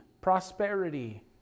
prosperity